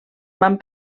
van